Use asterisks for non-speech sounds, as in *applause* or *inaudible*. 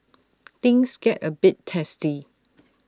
things get A bit testy *noise*